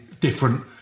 different